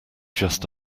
just